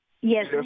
Yes